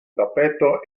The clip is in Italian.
tappeto